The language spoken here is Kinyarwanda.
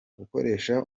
gukoresha